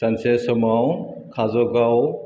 सानसे समाव काजलगाव